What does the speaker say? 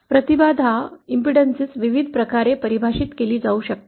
प्रतिबाधा विविध प्रकारे परिभाषित केली जाऊ शकते